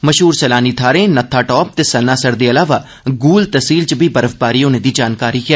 मशहूर सैलानी थाहरें नत्थाटाप ते सन्नासर दे अलावा गूल तैहसील च बी बर्फबारी होने दी जानकारी ऐ